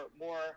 more